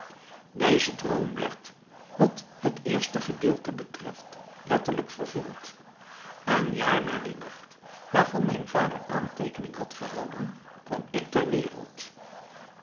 deze droom werd wat het eerste gedeelte betreft letterlijk vervuld een jaar na dien nacht waarvan mijn vader aanteekening had gehouden kwam ik ter wereld